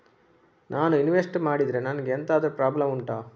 ನಾನು ಇನ್ವೆಸ್ಟ್ ಮಾಡಿದ್ರೆ ನನಗೆ ಎಂತಾದ್ರು ಪ್ರಾಬ್ಲಮ್ ಉಂಟಾ